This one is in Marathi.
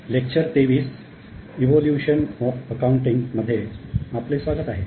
लेक्चर 23 मध्ये आपले स्वागत आहे